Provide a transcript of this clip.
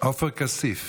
עופר כסיף,